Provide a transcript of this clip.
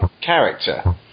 Character